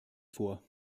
vor